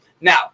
Now